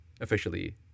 officially